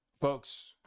folks